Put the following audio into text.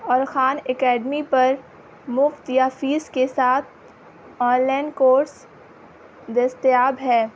اور Khan Academy پر مفت یا فیس کے ساتھ آن لائن کورس دستیاب ہے